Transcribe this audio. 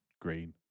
green